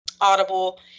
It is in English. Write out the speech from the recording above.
Audible